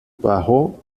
bajó